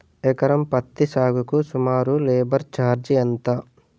ఎకరం పత్తి సాగుకు సుమారు లేబర్ ఛార్జ్ ఎంత?